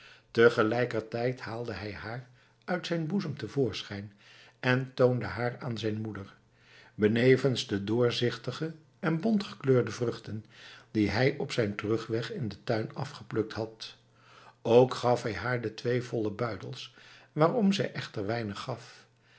tegelijkertijd haalde hij haar uit zijn boezem te voorschijn en toonde haar aan zijn moeder benevens de doorzichtige en bontgekleurde vruchten die hij op zijn terugweg in den tuin afgeplukt had ook gaf hij haar de twee volle buidels waarom zij echter weinig gaf